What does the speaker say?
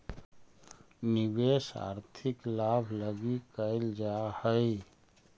निवेश आर्थिक लाभ लगी कैल जा हई